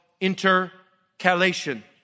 intercalation